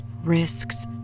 Risks